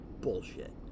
Bullshit